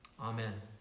amen